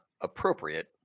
appropriate